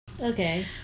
Okay